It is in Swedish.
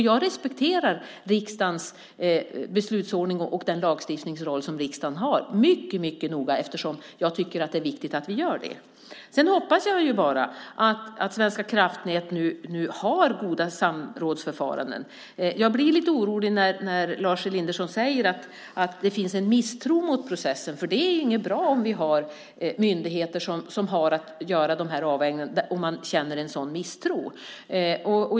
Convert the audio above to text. Jag respekterar riksdagens beslutsordning och den lagstiftningsroll som riksdagen har mycket starkt eftersom jag tycker att det är viktigt att vi gör det. Sedan hoppas jag ju bara att Svenska kraftnät nu har goda samrådsförfaranden. Jag blir lite orolig när Lars Elinderson säger att det finns en misstro mot processen, för det är inte bra om vi har myndigheter som har att göra de här avvägningarna om man känner en sådan misstro.